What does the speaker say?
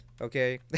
okay